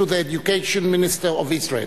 to the Education Minister of Israel.